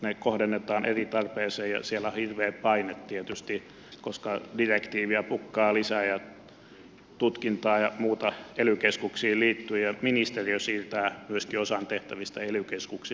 ne kohdennetaan eri tarpeeseen ja siellä on hirveä paine tietysti koska direktiiviä pukkaa lisää ja tutkintaa ja muuta ely keskuksiin liittyy ja ministeriö siirtää myöskin osan tehtävistä ely keskuksille